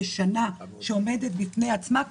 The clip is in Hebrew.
רק ראשי אגפים מוצגים כאן?